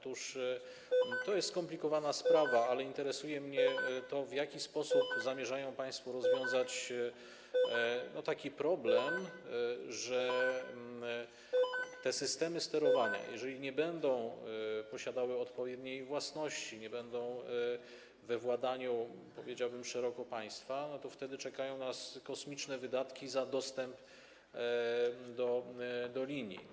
To jest skomplikowana sprawa, ale interesuje mnie to, w jaki sposób zamierzają państwo rozwiązać taki problem, że jeżeli te systemy sterowania nie będą posiadały odpowiedniej własności, nie będą we władaniu, powiedziałbym szeroko, państwa, to wtedy czekają nas kosmiczne wydatki za dostęp do linii.